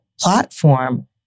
platform